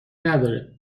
نداره